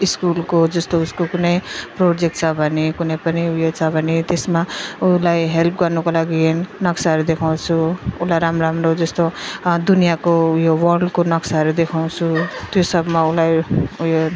स्कुलको जस्तो उसको कुनै प्रोजेक्ट छ भने कुनै पनि उयो छ भने त्यसमा उसलाई हेल्प गर्नुको लागि नक्साहरू देखाउँछु उसलाई राम्रो राम्रो जस्तो दुनियाँको उयो वर्ल्डको नक्साहरू देखाउँछु त्यो सबमा उसलाई उयो